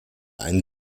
ein